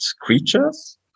creatures